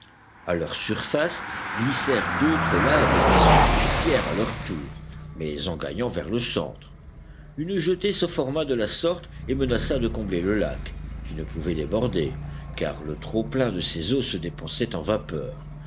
à leur surface glissèrent d'autres laves qui se firent pierres à leur tour mais en gagnant vers le centre une jetée se forma de la sorte et menaça de combler le lac qui ne pouvait déborder car le trop-plein de ses eaux se dépensait en vapeurs